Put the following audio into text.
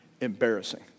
embarrassing